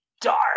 dark